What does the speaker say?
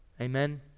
Amen